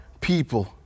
people